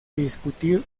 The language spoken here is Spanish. discutir